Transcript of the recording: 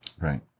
right